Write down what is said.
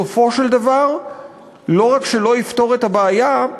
בסופו של דבר לא רק שלא יפתור את הבעיה,